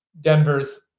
Denver's